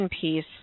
piece